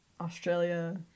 Australia